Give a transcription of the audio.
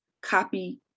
copy